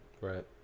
Right